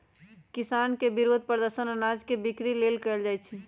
किसान के विरोध प्रदर्शन अनाज के बिक्री लेल कएल जाइ छै